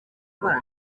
abana